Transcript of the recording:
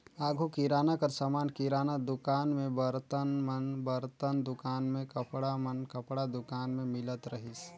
आघु किराना कर समान किराना दुकान में, बरतन मन बरतन दुकान में, कपड़ा मन कपड़ा दुकान में मिलत रहिस